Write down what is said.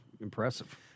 impressive